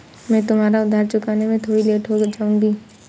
मैं तुम्हारा उधार चुकाने में थोड़ी लेट हो जाऊँगी